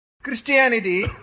Christianity